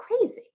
crazy